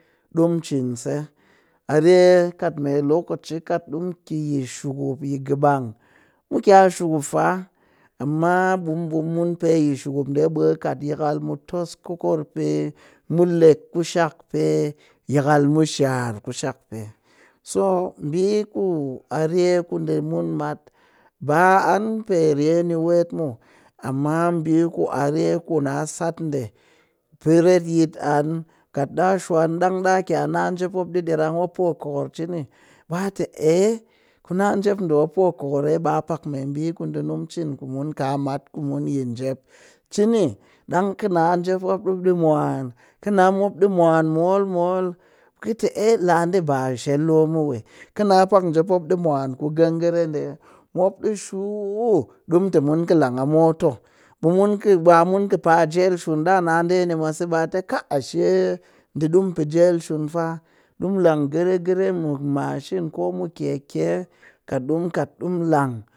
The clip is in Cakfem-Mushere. Ɗi mu cinse a rye kat me lokaci kat ɗi mu ki yi shukup yi gabang, mu ki a shukup faa amma ɓemun pe yi shukup ɗe ɓe kɨ kat yakal mu toss kookor pe mu leeg kushak pe yakal mu shar kushak pe. So ɓi ku a rye ku ɗi mun mat ba an pe rye ni weet muw amma ɓi a rye kuna sat ɗe pee retyit, kat ɗaa shwan ɗang ɗaa ki'a na njep mop ɗi diarang mop poo kokor chini ɓaa tɨ a kuna njep ɗe mop kokor eeh ɓaa pak meɓi ku ɗini mu cin kumun ka mat yi njep, cini ɗang kɨ na njep mop ɗi mwan kɨna mop mwan mol mol kɨ tɨ eeh la ɗe ba shel loo mu ɦee, kɨna pak njep mop ɗi mwan ku gengire ɗe, mop ɗi shuu ɗi mu tɨ mun kɨ lang a moto ɓe mun ɓa mun kɨ pee jel shun, d'aana ɗeni mwase ɓatɨ kai ashe ɗii ɗi mu pee jel shun fa ɗi mu lang gergire ɗe ko mu machine ko mu keke kat ɗimu kat ɓemu lang